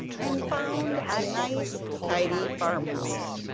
and found a nice, tidy farmhouse,